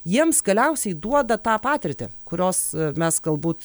jiems galiausiai duoda tą patirtį kurios mes galbūt